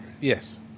Yes